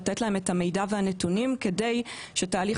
לתת להם את המידע והנתונים כדי שתהליך